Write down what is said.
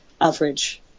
average